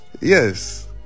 Yes